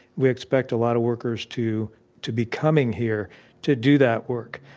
we expect a lot of workers to to be coming here to do that work.